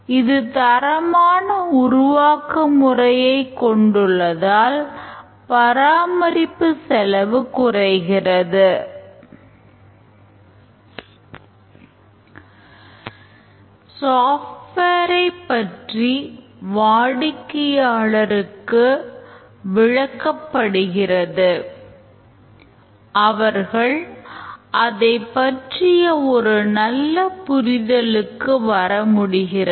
இது தரமான உருவாக்கமுறையைக் கொண்டுள்ளதால் பராமரிப்பு செலவு குறைகிறது